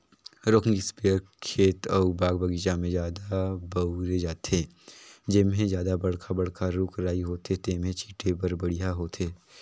rocking इस्पेयर खेत अउ बाग बगीचा में जादा बउरे जाथे, जेम्हे जादा बड़खा बड़खा रूख राई होथे तेम्हे छीटे बर बड़िहा होथे